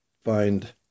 find